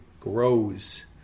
Grows